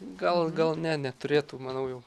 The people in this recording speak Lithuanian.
gal gal ne neturėtų manau jau